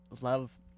love